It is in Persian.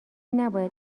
نباید